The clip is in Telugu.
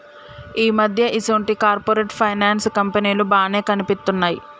ఈ మధ్య ఈసొంటి కార్పొరేట్ ఫైనాన్స్ కంపెనీలు బానే కనిపిత్తున్నయ్